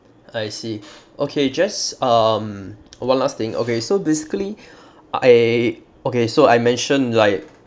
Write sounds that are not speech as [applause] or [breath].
I see okay just um one last thing okay so basically [breath] I okay so I mentioned like